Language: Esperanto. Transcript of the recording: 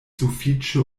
sufiĉe